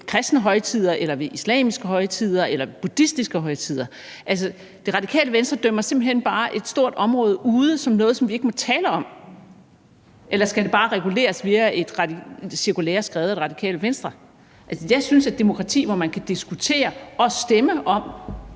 kristne højtider eller ved islamiske højtider eller ved buddhistiske højtider? Altså, Radikale Venstre dømmer simpelt hen bare et stort område ude som noget, som vi ikke må tale om, eller skal det bare reguleres via et cirkulære skrevet af Radikale Venstre? Jeg synes, at et demokrati, hvor man kan diskutere og stemme om